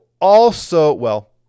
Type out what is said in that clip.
also—well